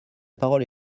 parole